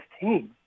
team